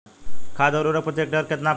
खाद व उर्वरक प्रति हेक्टेयर केतना परेला?